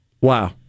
Wow